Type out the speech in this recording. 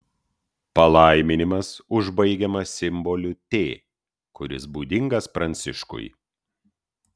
palaiminimas užbaigiamas simboliu t kuris būdingas pranciškui